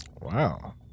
Wow